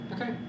Okay